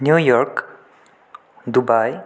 new York Dubai